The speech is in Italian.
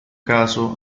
caso